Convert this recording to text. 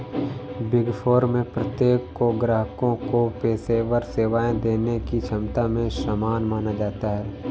big four में प्रत्येक को ग्राहकों को पेशेवर सेवाएं देने की क्षमता में समान माना जाता है